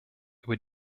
über